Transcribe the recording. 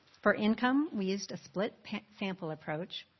for income, we used a split sample approach.